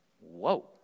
Whoa